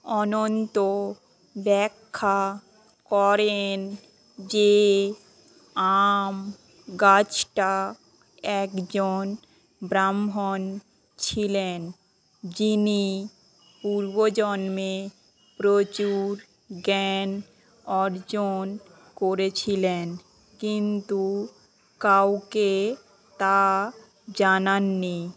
অনন্ত ব্যাখ্যা করেন যে আম গাছটা একজন ব্রাহ্মণ ছিলেন যিনি পূর্ব জন্মে প্রচুর জ্ঞান অর্জন করেছিলেন কিন্তু কাউকে তা জানাননি